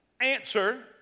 answer